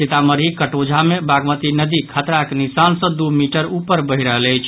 सीतामढ़ीक कटौंझा मे बागमती नदी खतराक निशान सँ दू मीटर ऊपर बहि रहल अछि